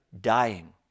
dying